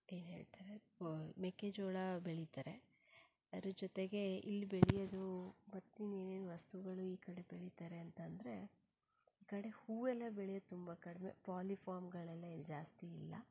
ಏನು ಹೇಳ್ತಾರೆ ಮೆಕ್ಕೆಜೋಳ ಬೆಳೀತಾರೆ ಅದ್ರ ಜೊತೆಗೆ ಇಲ್ಲಿ ಬೆಳೆಯೋದು ಮತ್ತಿನ್ನೂ ಏನೇನು ವಸ್ತುಗಳು ಈ ಕಡೆ ಬೆಳೀತಾರೆ ಅಂತಂದರೆ ಈ ಕಡೆ ಹೂವೆಲ್ಲ ಬೆಳೆಯೋದು ತುಂಬ ಕಡಿಮೆ ಪಾಲಿ ಫಾರ್ಮ್ಗಳೆಲ್ಲ ಇಲ್ಲಿ ಜಾಸ್ತಿ ಇಲ್ಲ